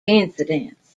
incidents